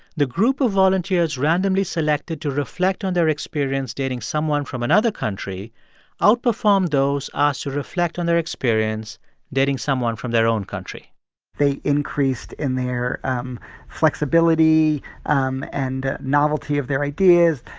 the group of volunteers randomly selected to reflect on their experience dating someone from another country outperformed those asked to reflect on their experience dating someone from their own country they increased in their um flexibility um and novelty of their ideas.